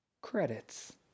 Credits